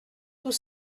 tout